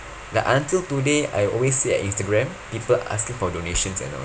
like until today I always see at instagram people asking for donations and all